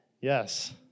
Yes